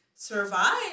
survive